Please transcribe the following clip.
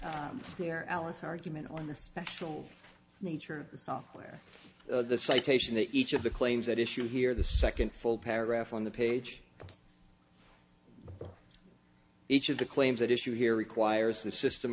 here alice argument on the special nature of the software the citation that each of the claims that issue here the second full paragraph on the page each of the claims that issue here requires the system